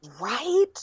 Right